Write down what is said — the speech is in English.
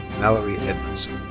mallory edmondson.